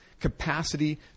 capacity